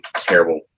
terrible